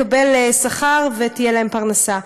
ימשיכו לקבל שכר ותהיה להם פרנסה.